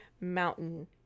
mountain